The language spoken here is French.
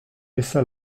laissa